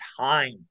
time